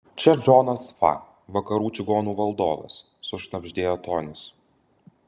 čia džonas fa vakarų čigonų valdovas sušnabždėjo tonis